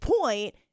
point